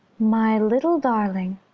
my little darling!